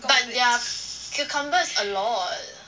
but their cucumber is a lot